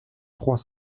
trois